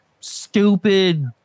stupid